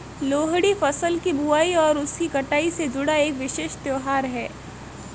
लोहड़ी फसल की बुआई और उसकी कटाई से जुड़ा एक विशेष त्यौहार है